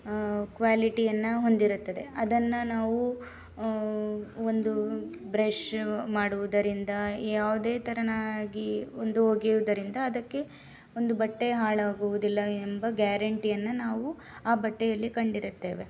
ಕ್ವಾಲಿಟಿಯನ್ನು ಹೊಂದಿರುತ್ತದೆ ಅದನ್ನು ನಾವು ಒಂದು ಬ್ರಶ್ ಮಾಡುವುದರಿಂದ ಯಾವುದೇ ತೆರನಾಗಿ ಒಂದು ಒಗೆಯುವುದರಿಂದ ಅದಕ್ಕೆ ಒಂದು ಬಟ್ಟೆ ಹಾಳಾಗುವುದಿಲ್ಲ ಎಂಬ ಗ್ಯಾರಂಟಿಯನ್ನು ನಾವು ಆ ಬಟ್ಟೆಯಲ್ಲಿ ಕಂಡಿರುತ್ತೇವೆ